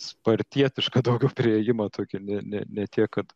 spartietiškądaugiau priėjimą tokį ne ne ne tiek kad